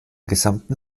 gesamten